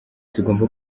tugomba